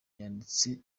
yanditse